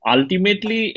Ultimately